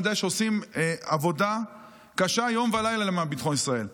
אני יודע שעושים עבודה קשה יום ולילה למען ביטחון ישראל.